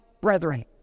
brethren